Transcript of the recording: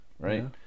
right